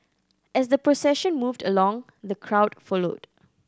as the procession moved along the crowd followed